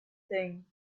thing